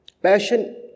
Passion